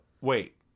wait